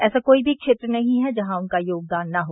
ऐसा कोई भी क्षेत्र नहीं हैं जहां उनका योगदान न हो